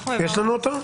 יש לנו אותו?